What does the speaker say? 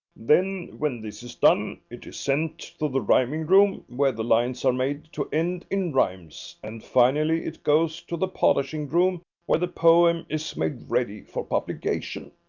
then when this is done it is sent to the rhyming room where the lines are made to end in rhymes, and finally it goes to the polishing room where the poem is made ready for publication.